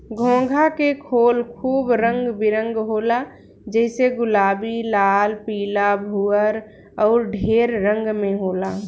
घोंघा के खोल खूब रंग बिरंग होला जइसे गुलाबी, लाल, पीला, भूअर अउर ढेर रंग में होला